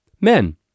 men